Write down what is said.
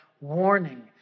warning